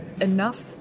enough